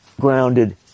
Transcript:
grounded